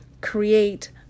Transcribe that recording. create